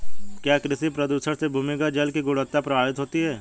क्या कृषि प्रदूषण से भूमिगत जल की गुणवत्ता प्रभावित होती है?